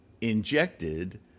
injected